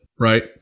right